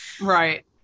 Right